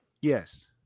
Yes